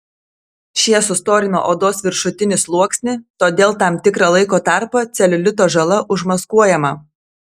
šie sustorina odos viršutinį sluoksnį todėl tam tikrą laiko tarpą celiulito žala užmaskuojama